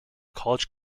college